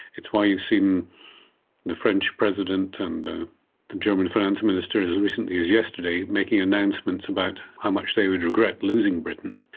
it's why you've seen the french president and the german finance minister as recently as yesterday making announcements about how much they would regret losing britain.